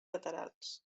laterals